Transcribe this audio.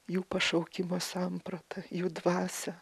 jų pašaukimo sampratą jų dvasią